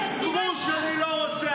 גרוש אני לא רוצה.